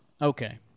Okay